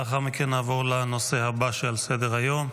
לאחר מכן נעבור לנושא הבא שעל סדר-היום.